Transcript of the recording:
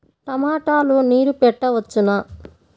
టమాట లో నీరు పెట్టవచ్చునా?